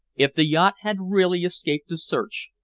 if the yacht had really escaped a search,